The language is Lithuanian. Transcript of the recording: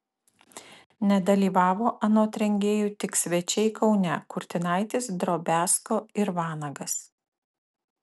nedalyvavo anot rengėjų tik svečiai kaune kurtinaitis drobiazko ir vanagas